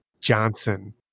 Johnson